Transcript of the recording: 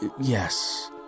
Yes